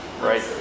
right